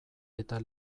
eta